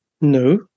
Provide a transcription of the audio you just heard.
No